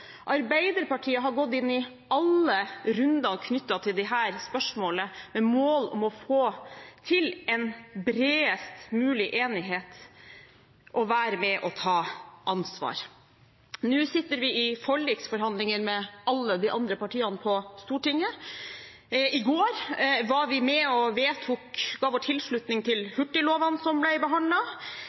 Arbeiderpartiet har gått inn i alle runder knyttet til disse spørsmålene med mål om å få til en bredest mulig enighet og være med å ta ansvar. Nå sitter vi i forliksforhandlinger med alle de andre partiene på Stortinget. I går var vi med og ga vår tilslutning til hurtigloven som